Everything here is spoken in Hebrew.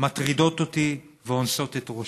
מטרידות אותי ואונסות את ראשי,